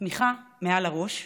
השמיכה מעל הראש.